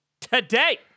today